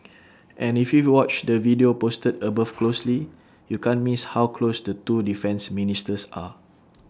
and if you watch the video posted above closely you can't miss how close the two defence ministers are